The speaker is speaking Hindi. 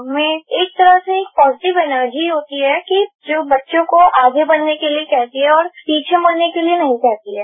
उनमें एक तरह से पॉजिटिव एनर्जी होती है कि जो बच्चों को आगे बढ़ने के लिए कहती है और पीछे मुड़ने के लिए नहीं कहती है